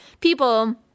people